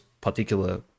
particular